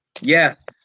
Yes